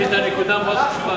אדוני, העלית נקודה מאוד חשובה.